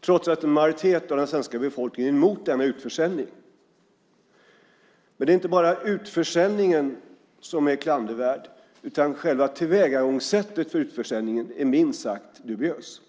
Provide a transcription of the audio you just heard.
trots att en majoritet av den svenska befolkningen är emot denna utförsäljning. Men det är inte bara utförsäljningen som är klandervärd. Också själva tillvägagångssättet för utförsäljningen är minst sagt dubiöst.